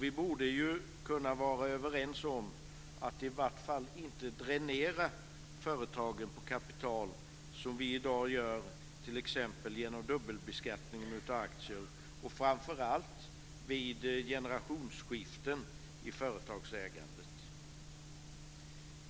Vi borde kunna vara överens om att i vart fall inte dränera företagen på kapital, som vi i dag gör t.ex. genom dubbelbeskattningen av aktier och framför allt vid generationsskiften i företagsägandet.